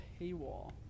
paywall